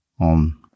on